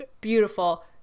Beautiful